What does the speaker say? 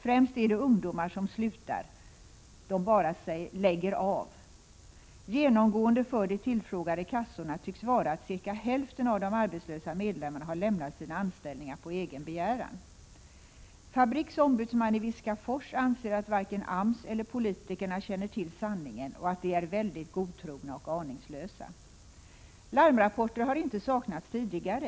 Främst är det ungdomar som slutar. ”De bara lägger av.” Genomgående för de tillfrågade kassorna tycks vara att cirka hälften av de arbetslösa medlemmarna har lämnat sina anställningar på egen begäran. Fabriks ombudsman i Viskafors anser att varken AMS eller politikerna känner till sanningen och att de är väldigt godtrogna och aningslösa. Larmrapporter har inte saknats tidigare.